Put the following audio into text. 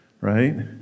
Right